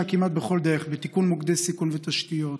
כמעט בכל דרך בתיקון מוקדי סיכון ותשתיות,